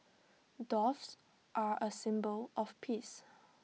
doves are A symbol of peace